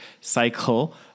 cycle